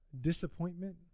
disappointment